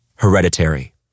Hereditary